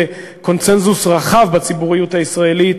בקונסנזוס רחב בציבוריות הישראלית: